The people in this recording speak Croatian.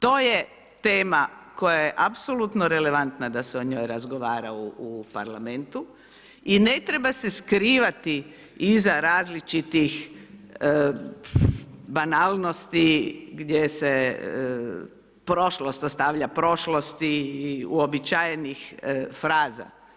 To je tema koja je apsolutno relevantna da se o njoj razgovara u parlamentu i ne treba se skrivati iza različitih banalnosti, gdje se prošlost ostavlja prošlosti, uobičajenih fraza.